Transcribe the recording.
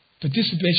Participation